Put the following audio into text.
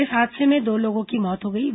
इस हादसे में दो लोगों की मौत हो गई ै